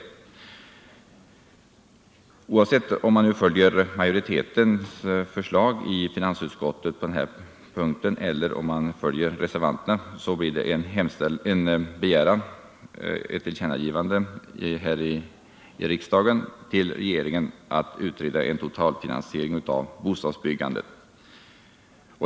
Oavsett om riksdagen nu följer det förslag som framlagts av majoriteten i finansutskottet eller reservanternas förslag på den här punkten kommer det att ske ett tillkännagivande till regeringen om utredning angående totalfinansiering av bostadsbyggandet.